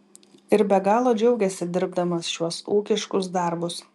ir be galo džiaugiasi dirbdamas šiuos ūkiškus darbus